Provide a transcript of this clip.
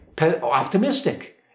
optimistic